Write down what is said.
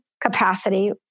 capacity